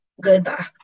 Goodbye